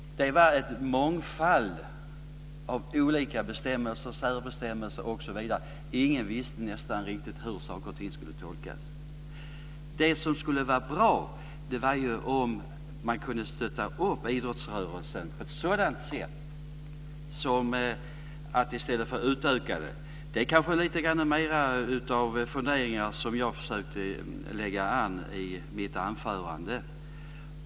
Det hade varit en mångfald av olika bestämmelser, särbestämmelser osv. Ingen visste hur saker och ting skulle tolkas. Det som skulle vara bra är om idrottsrörelsen kunde stöttas i stället för att utökas. Det är funderingar som jag försökte lägga fram i mitt anförande.